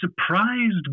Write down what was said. surprised